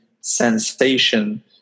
sensation